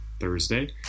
Thursday